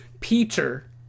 Peter